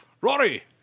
Rory